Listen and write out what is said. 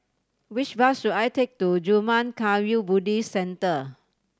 which bus should I take to Zurmang Kagyud Buddhist Centre